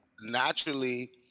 naturally